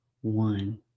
one